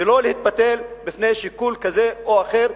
ולא התבטלות בפני שיקול כזה או אחר.